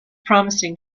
promising